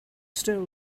still